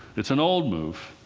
it's an old move.